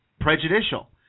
prejudicial